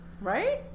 Right